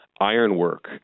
ironwork